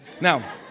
Now